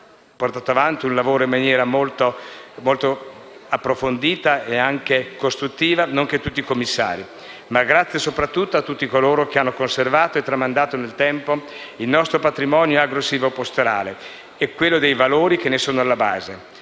portato avanti un lavoro molto approfondito e costruttivo, nonché tutti i commissari. Un ringraziamento va soprattutto a tutti coloro che hanno conservato e tramandato nel tempo il nostro patrimonio agro-silvo-pastorale e quello dei valori che ne sono alla base.